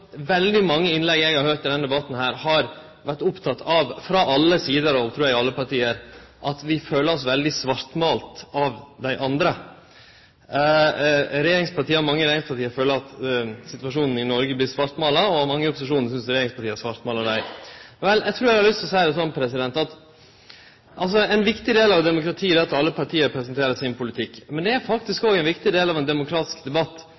veldig mange innlegg eg har høyrt i denne debatten, har vore opptekne av – frå alle sider, trur eg, i alle parti – at vi føler oss veldig svartmåla av dei andre. Mange i regjeringspartia føler at situasjonen i Noreg vert svartmåla, og mange i opposisjonen synest regjeringspartia svartmålar dei. Vel, eg trur eg har lyst til å seie det slik at ein viktig del av demokratiet er at alle parti presenterer sin politikk, men det er faktisk òg ein viktig del av ein demokratisk debatt